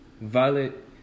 Violet